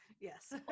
Yes